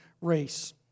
race